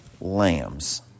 lambs